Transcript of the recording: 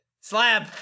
Slab